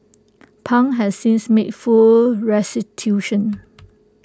pang has since made full restitution